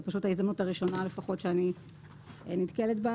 זו פשוט ההזדמנות הראשונה שאני נתקלת בה.